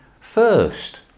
first